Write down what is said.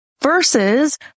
Versus